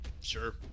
Sure